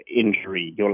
injury